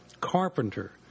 Carpenter